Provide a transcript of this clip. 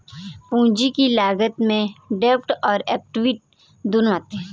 पूंजी की लागत में डेब्ट और एक्विट दोनों आते हैं